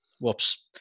whoops